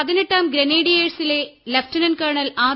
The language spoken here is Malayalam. പതിനെട്ടാം ഗ്രനേഡിയ്ക്ക്സിലെ ലഫ്റ്റനന്റ് കേണൽ ആർ